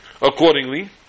Accordingly